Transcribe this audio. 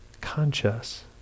conscious